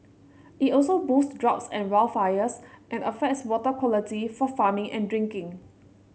it also boosts droughts and wildfires and affects water quality for farming and drinking